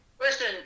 Listen